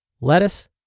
Lettuce